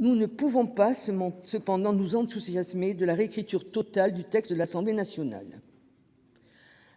Nous ne pouvons pas, se montre cependant nous enthousiasmer de la réécriture totale du texte de l'Assemblée nationale.